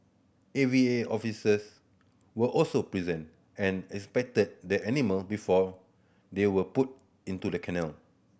A V A officers were also present and inspected the animal before they were put into the kennel